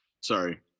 Sorry